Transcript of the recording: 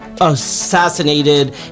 assassinated